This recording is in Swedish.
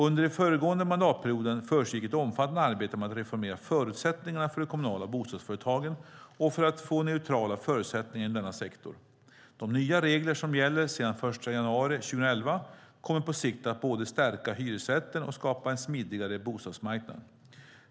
Under den föregående mandatperioden försiggick ett omfattande arbete med att reformera förutsättningarna för de kommunala bostadsföretagen och för att få neutrala förutsättningar inom denna sektor. De nya regler som gäller sedan den 1 januari 2011 kommer på sikt att både stärka hyresrätten och skapa en smidigare bostadsmarknad.